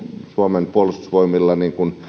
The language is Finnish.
suomen puolustusvoimilla